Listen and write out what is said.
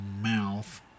mouth